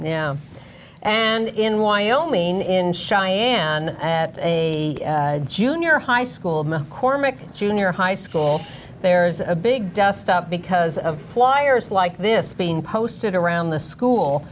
abuse and in wyoming in cheyanne at a junior high school mccormick junior high school there's a big dustup because of flyers like this being posted around the school